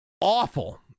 Awful